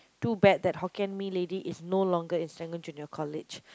too bad that Hokkien-Mee lady is no longer at Serangoon Junior-College